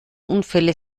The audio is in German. unfälle